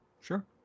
Sure